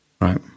Right